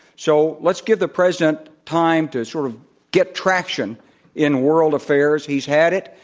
so let's give the president time to sort of get traction in world affairs. he's had it.